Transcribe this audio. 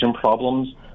problems